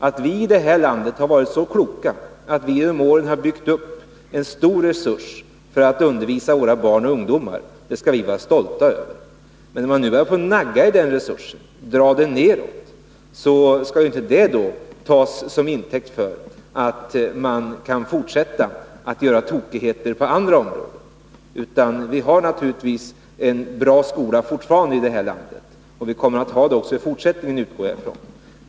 Att vi i vårt land har varit så kloka att vi genom åren har byggt upp en stor resurs för att undervisa våra barn och ungdomar, det skall vi vara stolta över. Men när man nu börjar nagga på den resursen, dra ner den, så skall inte det tas till intäkt för att man kan fortsätta att göra tokigheter på andra områden. Vi har naturligtvis fortfarande en bra skola i vårt land, och vi kommer att ha det också i fortsättningen, utgår jag ifrån.